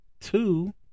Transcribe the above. two